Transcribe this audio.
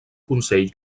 consell